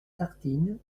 tartines